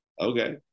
Okay